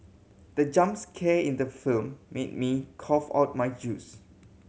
the jump scare in the film made me cough out my juice